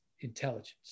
intelligence